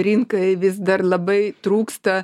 rinkai vis dar labai trūksta